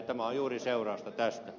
tämä on juuri seurausta tästä